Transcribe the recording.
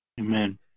Amen